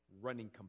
running